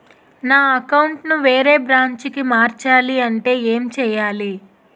నా అకౌంట్ ను వేరే బ్రాంచ్ కి మార్చాలి అంటే ఎం చేయాలి?